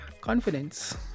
confidence